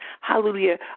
hallelujah